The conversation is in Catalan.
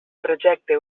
projecte